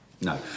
No